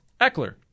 Eckler